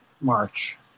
march